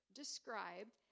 described